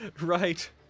right